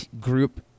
group